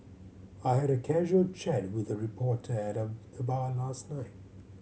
I had a casual chat with a reporter at the bar last night